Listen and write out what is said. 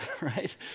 right